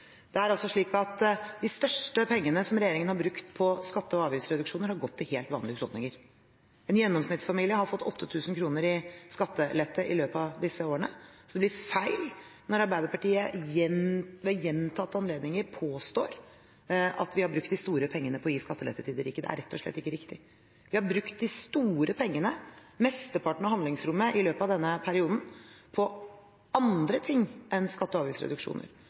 Det er slik at de største pengene regjeringen har brukt på skatte- og avgiftsreduksjoner, har gått til helt vanlige husholdninger. En gjennomsnittsfamilie har fått 8 000 kr i skattelette i løpet av disse årene, så det blir feil når Arbeiderpartiet ved gjentatte anledninger påstår at vi har brukt de store pengene på å gi skattelette til de rike. Det er rett og slett ikke riktig. Vi har brukt de store pengene, mesteparten av handlingsrommet i løpet av denne perioden, på andre ting enn skatte- og